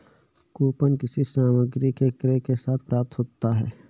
coupon किसी सामग्री के क्रय के साथ प्राप्त होता है